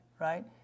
right